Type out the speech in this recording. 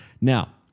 Now